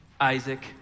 Isaac